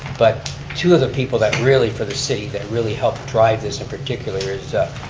but two of the people that really, for the city, that really helped drive this in particular is,